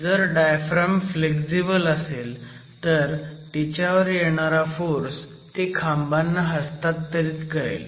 जर diaphragm flexible असेल तर तिच्यावर येणारा फोर्स ती खांबांना हस्तांतरित करेल